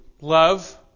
love